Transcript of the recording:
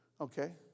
Okay